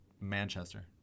Manchester